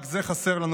רק זה חסר לנו,